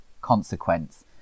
consequence